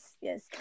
yes